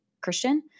Christian